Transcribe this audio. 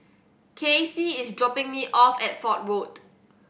Cassie is dropping me off at Fort Road